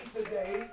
today